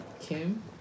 Kim